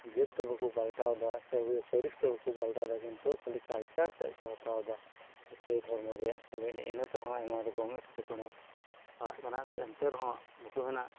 ᱡᱟᱹᱛ ᱫᱚ ᱵᱟᱠᱚ ᱯᱟᱞᱴᱟᱣ ᱫᱟ ᱯᱟᱨᱤᱥ ᱫᱚ ᱵᱟᱠᱚ ᱯᱟᱞᱴᱟᱣ ᱫᱟ ᱠᱤᱱᱛᱩ ᱠᱷᱟᱞᱤ ᱠᱟᱞᱪᱟᱨ ᱛᱮᱜ ᱠᱚ ᱦᱟᱛᱟᱣ ᱫᱟ ᱤᱥᱟᱹᱭ ᱫᱷᱚᱨᱢᱚ ᱨᱮᱭᱟᱜ ᱠᱤᱱᱛᱩ ᱤᱱᱟᱹ ᱛᱮᱦᱚᱸ ᱟᱭᱢᱟ ᱨᱚᱠᱚᱢ ᱮᱴᱠᱮ ᱴᱚᱬᱮ ᱯᱟᱲᱟᱜ ᱠᱟᱱᱟ ᱮᱱᱛᱮ ᱨᱮᱦᱚᱸ ᱵᱟᱠᱚ ᱢᱮᱱᱟ